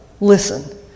listen